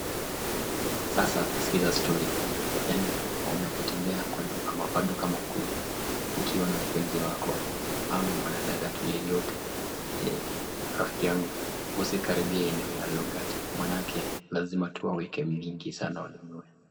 Sasa sikiza story yani unapotembea kwa duka au maduka makuu ukiwa na mpenzi wako ama mwanadada tu yeyote, eeh rafiki yangu usikaribie eneo ya yoghurt manake lazima tuwaweke mingi sana wanunue.